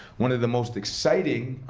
one of the most exciting,